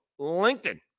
LinkedIn